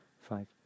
five